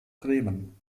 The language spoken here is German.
bremen